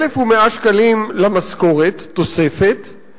1,100 שקלים תוספת למשכורת,